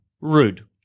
rude